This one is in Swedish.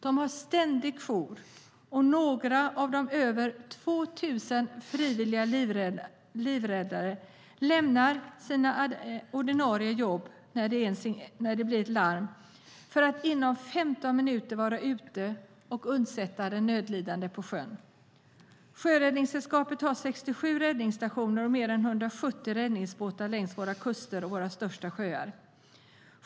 De har ständig jour, och några av de över 2 000 frivilliga livräddarna lämnar vid larm sina ordinarie jobb för att inom 15 minuter vara ute och undsätta nödlidande på sjön. Sjöräddningssällskapet har 67 räddningsstationer och mer än 170 räddningsbåtar längs våra kuster och i våra största sjöar.